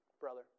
brother